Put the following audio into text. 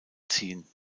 ziehen